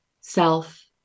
self